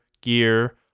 gear